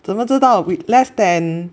怎么知道 with less than